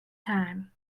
time